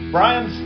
Brian